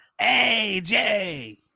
AJ